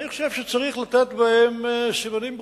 אני חושב שצריך לתת בהם סימנים ברורים.